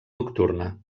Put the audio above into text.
nocturna